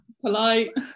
polite